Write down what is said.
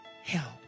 help